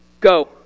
go